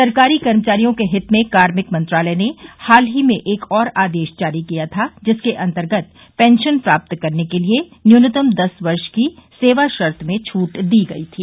सरकारी कर्मचारियों के हित में कार्मिक मंत्रालय ने हाल ही में एक और आदेश जारी किया था जिसके अंतर्गत पेंशन प्राप्त करने के लिए न्यूनतम दस वर्ष की सेवा शर्त में छूट दी गई थी